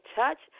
touch